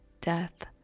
death